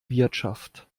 wirtschaft